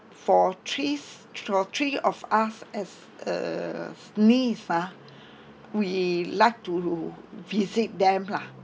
for threes for three of us as uh niece ah we like to visit them lah